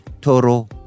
Toro